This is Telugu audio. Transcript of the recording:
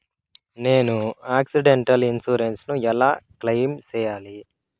నేను ఆక్సిడెంటల్ ఇన్సూరెన్సు ను ఎలా క్లెయిమ్ సేయాలి?